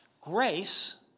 Grace